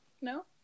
no